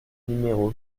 numéro